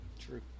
True